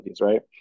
right